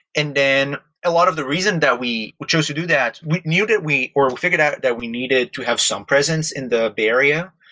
and then a lot of the reason that we we chose to do that, we knew that we or we figured out that we needed to have some presence in the bay area,